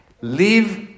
Live